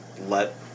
let